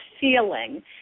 feeling